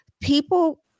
people